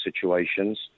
situations